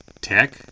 Tech